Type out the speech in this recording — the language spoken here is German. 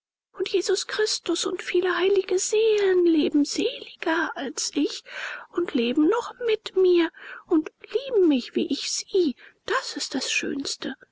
und jesus christus und viele heilige seelen leben seliger als ich und leben noch mit mir und lieben mich wie ich sie das ist das schönste